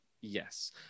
Yes